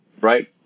right